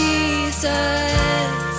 Jesus